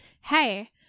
hey